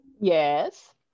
Yes